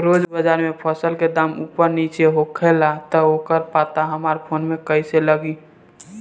रोज़ बाज़ार मे फसल के दाम ऊपर नीचे होखेला त ओकर पता हमरा फोन मे कैसे लागी?